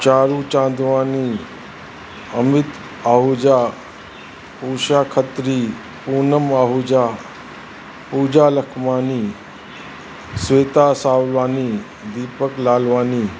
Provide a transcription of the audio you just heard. Charu Chandwani Amit Ahuja Usha Khatri Poonam Ahuja Pooja Lakhmani Shweta Salwani Deepak Lalwani